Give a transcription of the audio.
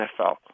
NFL